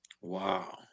Wow